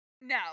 No